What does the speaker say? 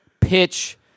pitch